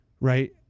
right